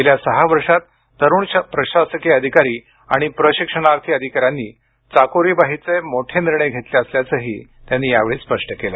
गेल्या सहा वर्षात तरुण प्रशासकीय अधिकारी आणि प्रशिक्षणार्थी अधिकाऱ्यांनी चाकोरीबाहेरचे मोठे निर्णय घेतले असल्याचंही त्यांनी यावेळी स्पष्ट केलं